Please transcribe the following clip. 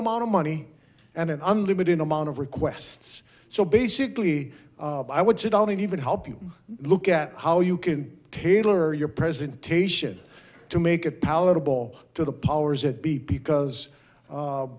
amount of money and an unlimited amount of requests so basically i would sit on even help you look at how you can tailor your presentation to make it palatable to the powers that be because